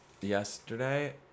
yesterday